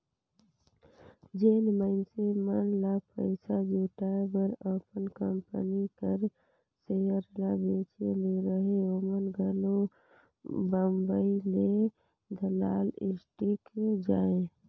जेन मइनसे मन ल पइसा जुटाए बर अपन कंपनी कर सेयर ल बेंचे ले रहें ओमन घलो बंबई हे दलाल स्टीक जाएं